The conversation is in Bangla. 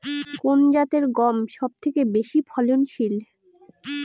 কোন জাতের গম সবথেকে বেশি ফলনশীল?